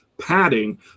padding